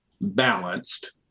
balanced